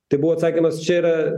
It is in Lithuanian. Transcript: tai buvo atsakymas čia yra